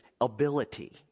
ability